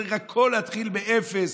צריך להתחיל הכול מאפס,